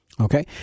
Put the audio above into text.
okay